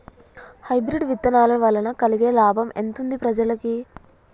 Hybrid విత్తనాల వలన కలిగే లాభం ఎంతుంది ప్రజలకి?